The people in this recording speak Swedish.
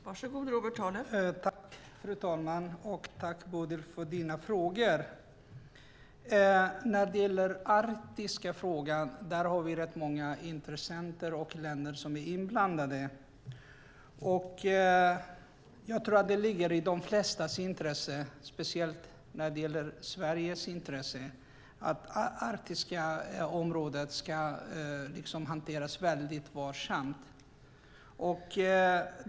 Fru talman! Jag tackar Bodil Ceballos för frågorna. När det gäller Arktis är det många intressenter och länder som är inblandade. Jag tror att det ligger i de flestas intresse, särskilt Sveriges, att det arktiska området ska hanteras mycket varsamt.